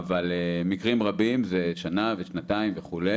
אבל מקרים רבים זה שנה ושנתיים וכו'.